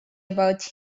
about